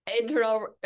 Internal